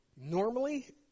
Normally